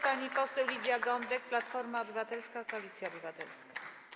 Pani poseł Lidia Gądek, Platforma Obywatelska - Koalicja Obywatelska.